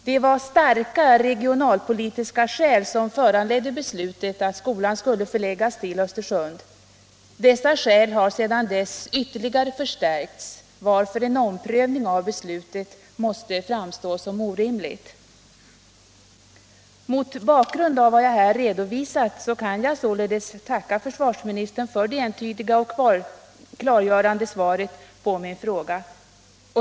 Det var starka regionalpolitiska skäl som föranledde beslutet att skolan skulle förläggas till Östersund. Dessa skäl har sedan dess ytterligare förstärkts, varför en omprövning av beslutet måste framstå som orimlig. Mot bakgrund av vad jag här redovisat kan jag således tacka försvarsministern för det entydiga och klargörande svaret på min fråga.